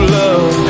love